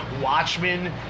Watchmen